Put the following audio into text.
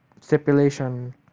stipulation